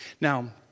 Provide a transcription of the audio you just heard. Now